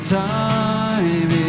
time